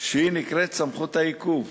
שנקראת "סמכות העיכוב".